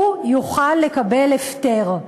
הוא יוכל לקבל הפטר.